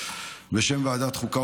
בשם ועדת החוקה,